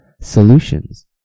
solutions